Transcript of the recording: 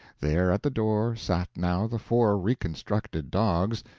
there at the door sat now the four reconstructed dogs,